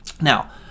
Now